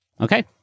Okay